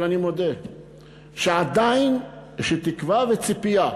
אבל אני מודה שעדיין יש לי תקווה וציפייה